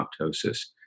apoptosis